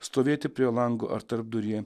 stovėti prie lango ar tarpduryje